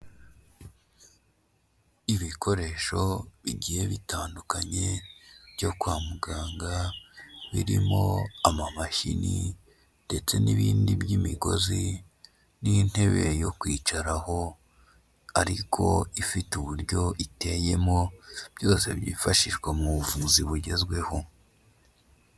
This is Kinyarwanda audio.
Ibikoresho bigiye bitandukanye byo kwa muganga birimo amamashini ndetse n'ibindi by'imigozi n'intebe yo kwicaraho ariko ifite uburyo iteyemo, byose byifashishwa mu buvuzi bugezweho.